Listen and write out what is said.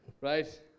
right